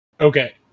okay